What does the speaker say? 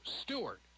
Stewart